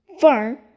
Fern